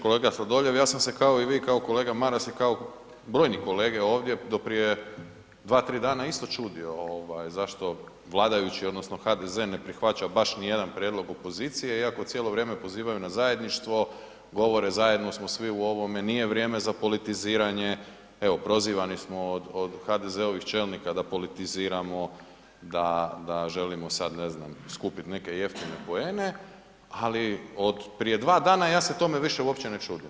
Kolega Sladoljev, ja sam se kao i vi, kao kolega Maras i kao brojni kolege ovdje do prije 2, 3 dana isto čudio zašto vladajući odnosno HDZ ne prihvaća baš nijedan prijedlog opozicije iako cijelo vrijeme pozivaju na zajedništvo, govore zajedno smo svi u ovome, nije vrijeme za politiziranje, evo prozivani smo od HDZ-ovih čelnika da politiziram, da želimo sad, ne znam, skupiti neke jeftine poene, ali od prije 2 dana ja se tome više uopće ne čudim.